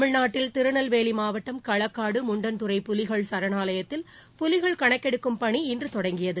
தமிழ்நாட்டில் திருநெல்வேலி மாவட்டம் களக்காடு முண்டன்துறை புலிகள் சரணாலயத்தில் புலிகள் கணக்கெடுக்கும் பணி இன்று தொடங்கியது